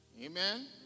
amen